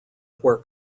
where